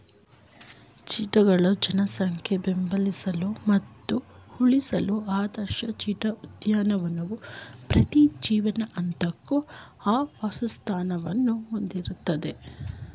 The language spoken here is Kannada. ಚಿಟ್ಟೆಗಳ ಜನಸಂಖ್ಯೆ ಬೆಂಬಲಿಸಲು ಮತ್ತು ಉಳಿಸಲು ಆದರ್ಶ ಚಿಟ್ಟೆ ಉದ್ಯಾನವು ಪ್ರತಿ ಜೀವನ ಹಂತಕ್ಕೂ ಆವಾಸಸ್ಥಾನವನ್ನು ಹೊಂದಿರ್ತದೆ